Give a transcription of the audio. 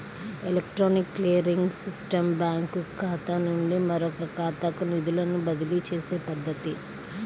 electronic clearing system బ్యాంకుఖాతా నుండి మరొకఖాతాకు నిధులను బదిలీచేసే పద్ధతి